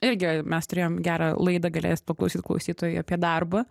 irgi mes turėjom gerą laidą galės paklausyt klausytojai apie darbą